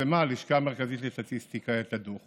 פרסמה הלשכה המרכזית לסטטיסטיקה את הדוח